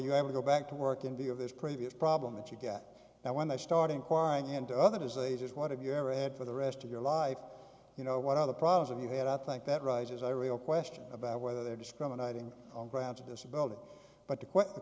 to go back to work in the of this previous problem that you get that when they start inquiring into other diseases what have you ever had for the rest of your life you know what other problems and you had i think that raises a real question about whether they're discriminating on grounds of disability but the